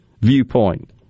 viewpoint